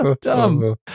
dumb